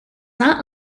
not